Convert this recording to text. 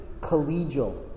collegial